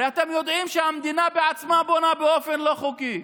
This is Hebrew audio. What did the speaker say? הרי אתם יודעים שהמדינה בעצמה בונה באופן לא חוקי,